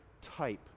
type